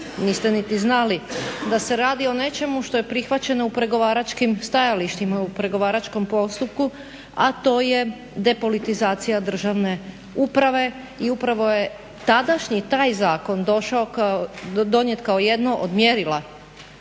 niste niti znali da se radi o nečemu što je prihvaćeno u pregovaračkim stajalištima u pregovaračkom postupku, a to je depolitizacija državne uprave. I upravo je tadašnji taj zakon došao, donijet kao jedno od mjerila